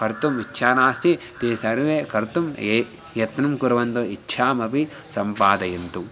कर्तुम् इच्छा नास्ति ते सर्वे कर्तुं ये यत्नं कुर्वन्तु इच्छामपि सम्पादयन्तु